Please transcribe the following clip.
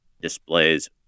displays